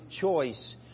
choice